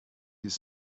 his